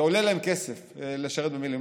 זה עולה להם כסף לשרת במילואים.